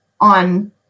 on